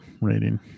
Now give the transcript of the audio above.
rating